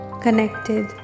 connected